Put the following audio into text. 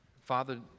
Father